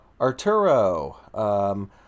Arturo